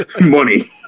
money